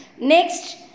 Next